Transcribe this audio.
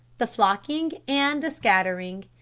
the flocking and the scattering,